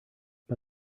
but